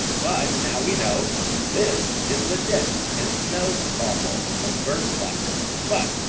but now we know this is legit, and it smells awful like burnt plastic. but